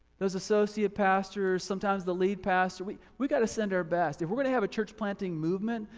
those associate pastors sometimes the lead pastor, we we got to send our best if we're gonna have a church planting movement,